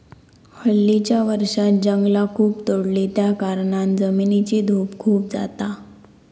हल्लीच्या वर्षांत जंगला खूप तोडली त्याकारणान जमिनीची धूप खूप जाता